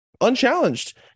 unchallenged